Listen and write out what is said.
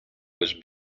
was